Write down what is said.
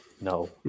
no